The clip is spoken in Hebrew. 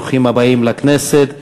ברוכים הבאים לכנסת.